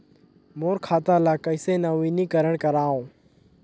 मोर खाता ल कइसे नवीनीकरण कराओ?